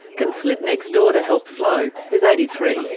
can slip next door to help flo, who's eighty three.